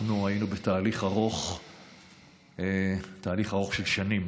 אנחנו היינו בתהליך ארוך של שנים